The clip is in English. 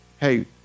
hey